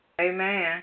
Amen